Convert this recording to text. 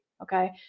Okay